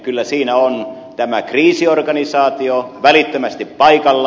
kyllä siinä on kriisiorganisaatio välittömästi paikalla